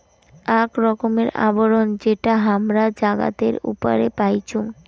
আক ধরণের আবরণ যেটা হামরা জাগাতের উপরে পাইচুং